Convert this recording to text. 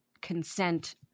consent